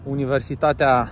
Universitatea